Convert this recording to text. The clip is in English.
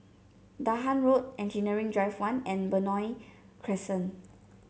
Dahan Road Engineering Drive One and Benoi Crescent